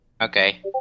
Okay